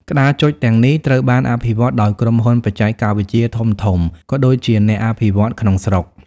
ក្តារចុចទាំងនេះត្រូវបានអភិវឌ្ឍដោយក្រុមហ៊ុនបច្ចេកវិទ្យាធំៗ ក៏ដូចជាអ្នកអភិវឌ្ឍន៍ក្នុងស្រុក។